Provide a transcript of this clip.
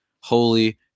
Holy